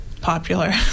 popular